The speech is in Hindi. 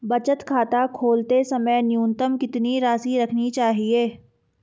बचत खाता खोलते समय न्यूनतम कितनी राशि रखनी चाहिए?